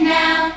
now